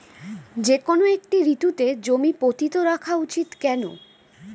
যেকোনো একটি ঋতুতে জমি পতিত রাখা উচিৎ কেন?